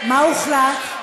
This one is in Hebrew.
מה הוחלט?